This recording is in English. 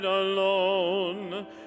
Alone